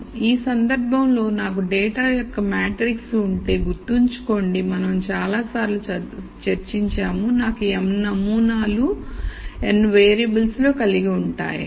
ఈ సందర్భంలో నాకు డేటా యొక్క మ్యాట్రిక్స్ ఉంటే గుర్తుంచుకోండి మనం చాలాసార్లు చర్చించాము నాకు m నమూనాలు n వేరియబుల్స్ లో కలిగి ఉంటాయని